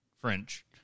French